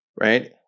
right